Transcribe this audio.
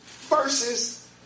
Versus